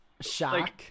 Shock